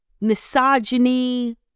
misogyny